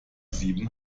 sieben